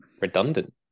redundant